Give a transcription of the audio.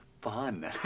fun